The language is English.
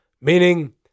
meaning